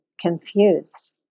confused